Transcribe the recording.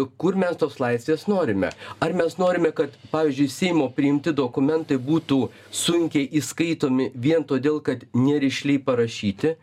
kur mes tos laisvės norime ar mes norime kad pavyzdžiui seimo priimti dokumentai būtų sunkiai įskaitomi vien todėl kad nerišliai parašyti